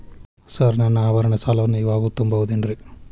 Sir ನನ್ನ ಆಭರಣ ಸಾಲವನ್ನು ಇವಾಗು ತುಂಬ ಬಹುದೇನ್ರಿ?